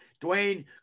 Dwayne